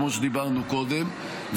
כמו שדיברנו קודם,